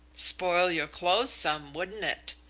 spoil your clothes some, wouldn't it?